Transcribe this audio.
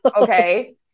Okay